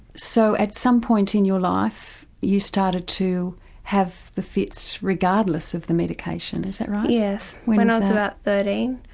so at some point in your life you started to have the fits regardless of the medication, medication, is that right? yes, when and i was about thirteen,